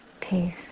peace